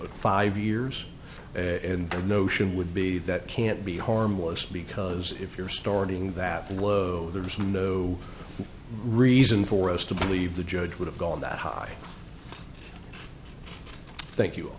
of five years and notion would be that can't be harmless because if you're starting that low there's no reason for us to believe the judge would have gone that high thank you